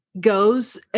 goes